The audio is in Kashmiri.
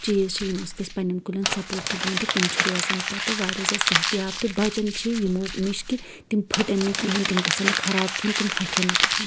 چیٖز چھِ یِمو سۭتۍ أسی پنٛنٮ۪ن کُلٮ۪ن سپوٹ چھِ دِوان تہٕ تِم چھِ روزان پَتہٕ واریاہ زیادٕ صحت یاب تہٕ بَچان چھِ یِمو نِش کہ تِم پھٕٹن نہٕ کِہیٖنۍ تِم گژھن نہٕ خراب کِہیٖنۍ تِم ہۄکھن نہٕ کِہیٖنۍ